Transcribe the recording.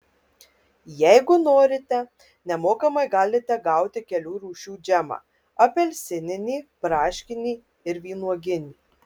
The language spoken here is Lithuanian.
jeigu norite nemokamai galite gauti kelių rūšių džemą apelsininį braškinį ir vynuoginį